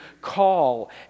call